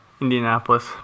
Indianapolis